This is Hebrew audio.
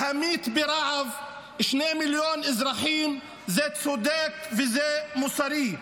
להמית ברעב שני מיליוני אזרחים זה צודק וזה מוסרי.